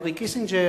הנרי קיסינג'ר,